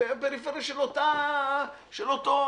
פריפריה של אותו יישוב,